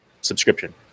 subscription